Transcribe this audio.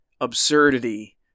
absurdity